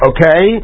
Okay